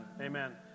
amen